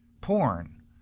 porn